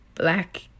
Black